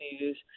News